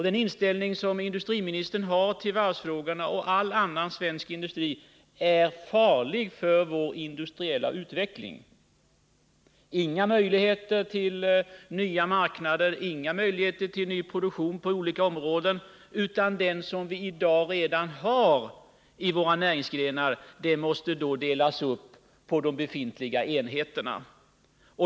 Den inställning som industriministern har till varven och till all annan svensk industri är farlig för vår industriella utveckling — inga möjligheter till nya marknader, inga möjligheter till ny produktion på olika områden, utan det som vi i dag redan har i våra näringsgrenar måste delas upp på de befintliga enheterna.